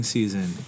Season